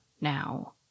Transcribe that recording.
now